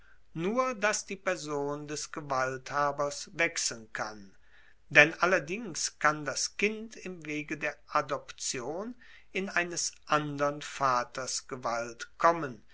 nur dass die person des gewalthabers wechseln kann denn allerdings kann das kind im wege der adoption in eines andern vaters gewalt kommen